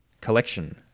collection